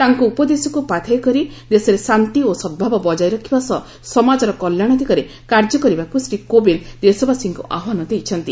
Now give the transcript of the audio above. ତାଙ୍କ ଉପଦେଶକୁ ପାଥେୟ କରି ଦେଶରେ ଶାନ୍ତି ଓ ସଦ୍ଭାବ ବକ୍ତାୟ ରଖିବା ସହ ସମାଜର କଲ୍ୟାଣ ଦିଗରେ କାର୍ଯ୍ୟ କରିବାକୁ ଶ୍ରୀ କୋବିନ୍ଦ ଦେଶବାସୀଙ୍କୁ ଆହ୍ନାନ ଦେଇଛନ୍ତି